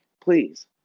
Please